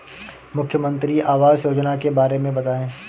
मुख्यमंत्री आवास योजना के बारे में बताए?